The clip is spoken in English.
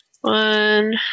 One